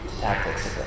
Tactics